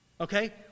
Okay